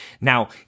now